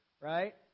right